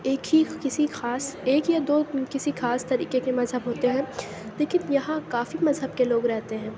ایک ہی كسی خاص ایک یا دو كسی خاص طریقے کے مذہب ہوتے ہیں لیکن یہاں کافی مذہب کے لوگ رہتے ہیں